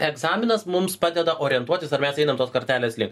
egzaminas mums padeda orientuotis ar mes einam tos kartelės link